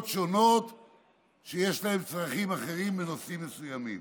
שונות שיש להן צרכים אחרים בנושאים מסוימים.